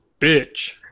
Bitch